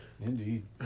Indeed